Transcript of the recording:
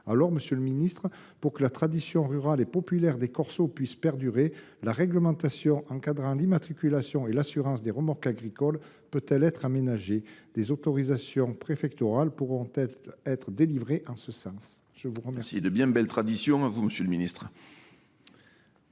Monsieur le ministre, pour que la tradition rurale et populaire des corsos puisse perdurer, la réglementation encadrant l’immatriculation et l’assurance des remorques agricoles peut elle être aménagée ? Des autorisations préfectorales pourront elles être délivrées en ce sens ? La parole est à M. le ministre. Monsieur le sénateur